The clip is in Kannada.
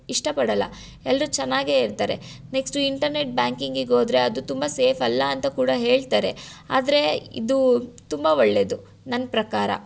ಇಷ್ಟಪಡೋಲ್ಲ ಎಲ್ಲರೂ ಚೆನ್ನಾಗೆ ಇರ್ತಾರೆ ನೆಕ್ಸ್ಟು ಇಂಟರ್ನೆಟ್ ಬ್ಯಾಂಕಿಂಗಿಗೆ ಹೋದ್ರೆ ಅದು ತುಂಬ ಸೇಫ್ ಅಲ್ಲ ಅಂತ ಕೂಡ ಹೇಳ್ತಾರೆ ಆದರೆ ಇದು ತುಂಬ ಒಳ್ಳೆಯದು ನನ್ನ ಪ್ರಕಾರ